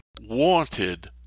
wanted